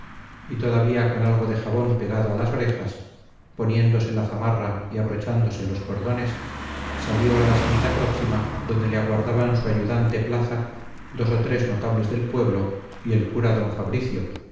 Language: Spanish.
y todavía con algo de jabón pegado a las orejas poniéndose la zamarra y abrochándose los cordones salió a la salita próxima donde le aguardaban su ayudante plaza dos o tres notables del pueblo y el cura d fabricio